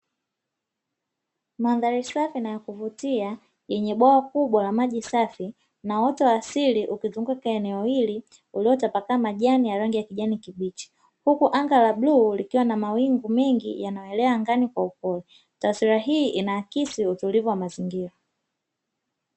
Mandhari safi na ya kuvutia yenye bwawa kubwa na maji safi na uoto wa asili ukizunguka eneo hili uliotapakaa majani ya rangi ya kijani kibichi, huku anga la bluu likiwa na mawingu mengi yanayoelea angani kwa upole, taswira hii inaakisi utulivu wa mazingira.